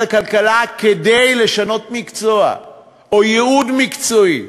הכלכלה כדי לשנות מקצוע או ייעוד מקצועי.